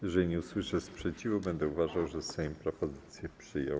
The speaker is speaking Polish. Jeżeli nie usłyszę sprzeciwu, będę uważał, że Sejm propozycję przyjął.